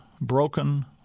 broken